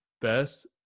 best